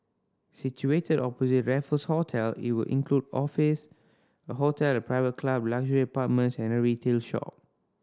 situated opposite Raffles Hotel it will include office a hotel a private club luxury apartments and a retail shop